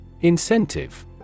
Incentive